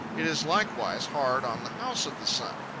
it is likewise hard on the house of the sun.